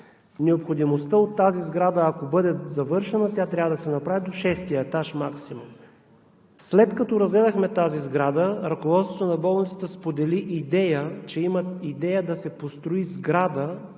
необходимостта от тази сграда, ако бъде завършена, тя трябва да се направи до шестия етаж максимум. След като разгледахме тази сграда, ръководството на болницата сподели, че имат идея да се построи сграда